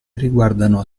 riguardano